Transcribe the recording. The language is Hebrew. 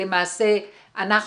שלמעשה אנחנו,